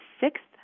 sixth